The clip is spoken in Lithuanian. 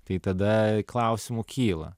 tai tada klausimų kyla